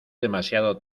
demasiado